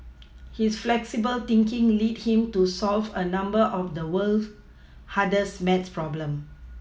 his flexible thinking lead him to solve a number of the world's hardest math problems